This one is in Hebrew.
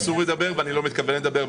--- אסור לדבר ואני לא מתכוון לדבר.